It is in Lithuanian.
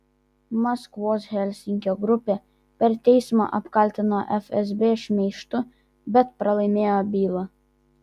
maskvos helsinkio grupė per teismą apkaltino fsb šmeižtu bet pralaimėjo bylą